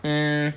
mm